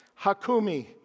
hakumi